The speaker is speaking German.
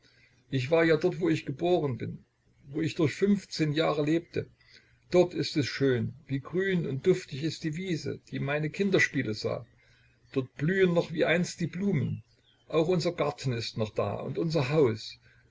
ich war ja dort wo ich geboren bin wo ich durch fünfzehn jahre lebte dort ist es schön wie grün und duftig ist die wiese die meine kinderspiele sah dort blühen noch wie einst die blumen auch unser garten ist noch da und unser haus